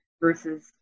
versus